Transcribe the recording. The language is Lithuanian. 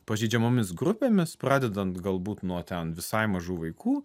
pažeidžiamomis grupėmis pradedant galbūt nuo ten visai mažų vaikų